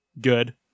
good